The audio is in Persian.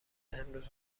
امروز